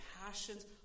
passions